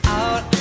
out